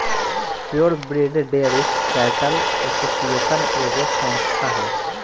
pure breed dairy cattle association एगो संस्था ह